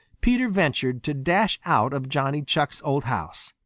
peter ventured to dash out of johnny chuck's old house.